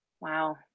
Wow